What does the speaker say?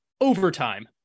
overtime